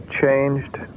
changed